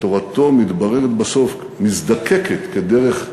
שתורתו מתבררת בסוף, מזדקקת, כדרך נכונה.